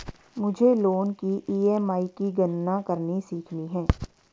मुझे लोन की ई.एम.आई की गणना करनी सीखनी है